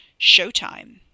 Showtime